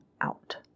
out